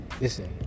listen